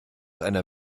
einer